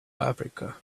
africa